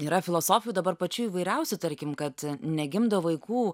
yra filosofijų dabar pačių įvairiausių tarkim kad negimdo vaikų